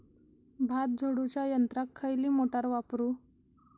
भात झोडूच्या यंत्राक खयली मोटार वापरू?